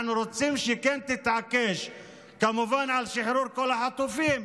אנחנו רוצים שכן תתעקש כמובן על שחרור כל החטופים,